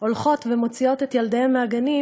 הולכות ומוציאות את ילדיהן מהגנים,